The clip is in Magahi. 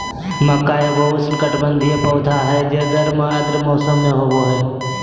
मक्का एगो उष्णकटिबंधीय पौधा हइ जे गर्म आर्द्र मौसम में होबा हइ